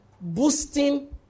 boosting